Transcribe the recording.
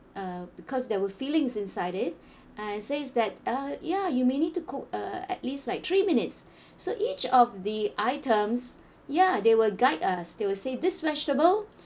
uh because there were fillings inside it and says that uh ya you may need to cook uh at least like three minutes so each of the items ya they will guide us they will say this vegetable